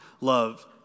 love